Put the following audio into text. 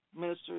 Minister